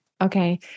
Okay